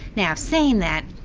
now saying that,